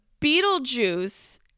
Beetlejuice